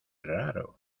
raro